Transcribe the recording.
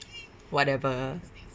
whatever